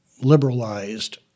liberalized